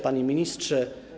Panie Ministrze!